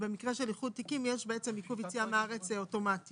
במקרה של איחוד תיקים יש עיכוב יציאה מהארץ אוטומטית